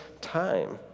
time